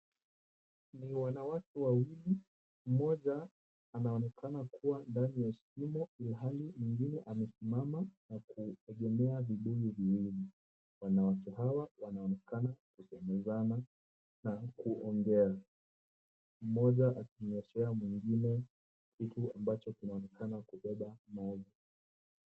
Ni wanawake wawili, mmoja anaonekana kuwa ndani ya shimo ilhali mwingine amesimama na kuegemea vibuyu viwili. Wanawake hawa wanaonekana kusemezana na kuongea, mmoja akinyooshea mwingine kitu ambacho kinaonekana kubeba maji.